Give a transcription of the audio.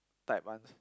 type ones